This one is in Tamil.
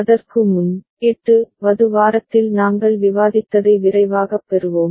அதற்கு முன் 8 வது வாரத்தில் நாங்கள் விவாதித்ததை விரைவாகப் பெறுவோம்